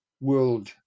world